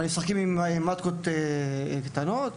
אבל עם מטקות קטנות.